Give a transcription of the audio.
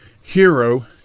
Hero